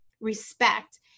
respect